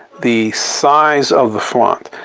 the size of the font.